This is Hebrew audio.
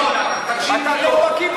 ינון, אתה לא בקי במספרים.